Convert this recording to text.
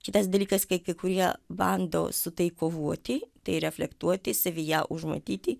kitas dalykas kai kai kurie bando su tai kovoti tai reflektuoti savyje užmatyti